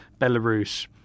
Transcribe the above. Belarus